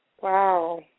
Wow